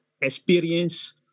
experience